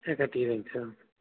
sir